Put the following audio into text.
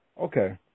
Okay